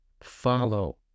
follow